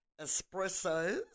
espressos